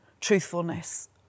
truthfulness